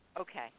Okay